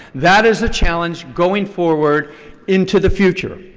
that is a challenge going forward into the future.